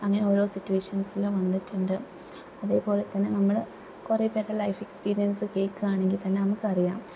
അങ്ങനെ ഓരോ സിറ്റുവേഷന്സിലും വന്നിട്ടുണ്ട് അതേപോലെ തന്നെ നമ്മള് കുറെ പേരുടെ ലൈഫ് എക്സ്പീരിയന്സ് കേൾക്കുവാണെങ്കിൽ തന്നെ നമുക്കറിയാം